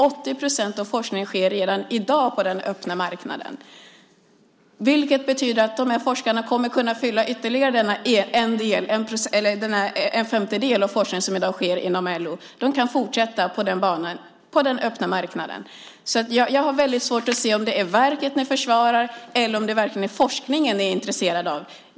80 % av forskningen sker redan i dag på den öppna marknaden, vilket betyder att dessa forskare kommer att kunna fylla ytterligare en femtedel genom den forskning som i dag sker inom ALI. De kan alltså fortsätta på den banan på den öppna marknaden. Jag har svårt att se om det är verket ni försvarar eller om det verkligen är forskningen ni är intresserade av.